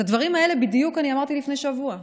את הדברים האלה בדיוק אני אמרתי לפני שבוע,